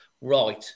right